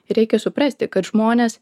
reikia suprasti kad žmonės